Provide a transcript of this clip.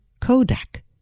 Kodak